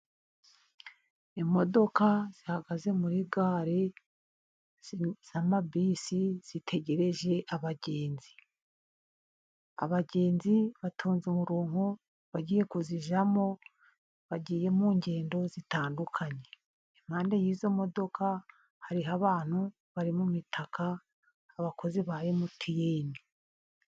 Imodoka zihagaze muri gare bisi zitegereje abagenzi, abagenzi batonze umurongo bagiye kuzijyamo bagiye mu ngendo zitandukanye, impande y'izo modoka hariho abantu bari mu mitaka, abakozi ba emutiyene.